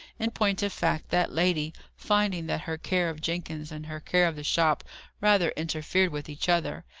in point of fact, that lady, finding that her care of jenkins and her care of the shop rather interfered with each other,